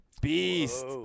Beast